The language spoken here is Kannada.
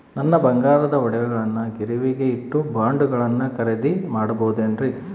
ನನ್ನ ಬಂಗಾರದ ಒಡವೆಗಳನ್ನ ಗಿರಿವಿಗೆ ಇಟ್ಟು ಬಾಂಡುಗಳನ್ನ ಖರೇದಿ ಮಾಡಬಹುದೇನ್ರಿ?